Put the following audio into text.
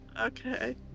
Okay